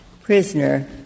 prisoner